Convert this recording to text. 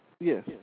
Yes